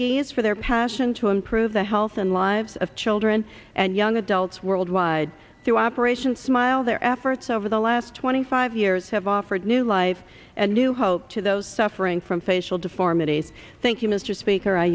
as for their passion to improve the health and lives of children and young adults worldwide through operation smile their efforts over the last twenty five years have offered new life and new hope to those suffering from facial deformities thank you mr speaker i